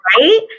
right